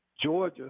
Georgia